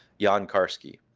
jan karski,